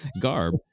garb